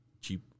cheap